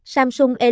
Samsung